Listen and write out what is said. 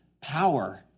power